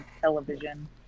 television